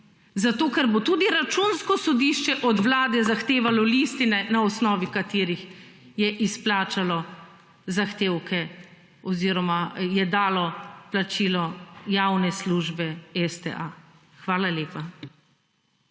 Zato ker bo tudi Računsko sodišče od vlade zahtevalo listine, na osnovi katerih je izplačalo zahtevke oziroma je dalo plačilo javne službe STA. Hvala lepa.